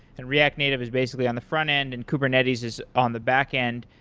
and react native is basically on the front-end and kubernetes is on the back-end.